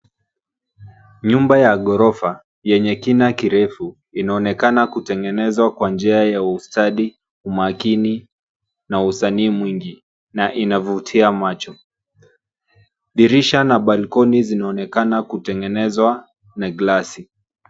Nyumba ya ghorofa yenye kina kirefu inaonekana kutengenezwa kwa njia ya ustadi, umakini na usanii mwingi na inavutia macho. Dirisha na balcony zinaonekana kutengenezwa na glasi.